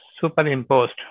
superimposed